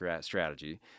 strategy